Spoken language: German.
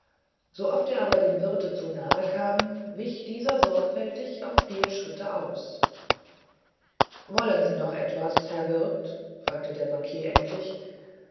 so oft er aber dem wirte zu nahe kam wich dieser sorgfältig auf vier schritte aus wollen sie noch etwas herr wirt fragte der bankier endlich